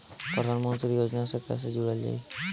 प्रधानमंत्री योजना से कैसे जुड़ल जाइ?